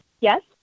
Yes